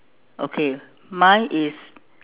okay mine is